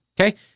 okay